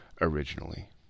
originally